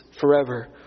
forever